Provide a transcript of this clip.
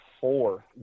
four